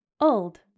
old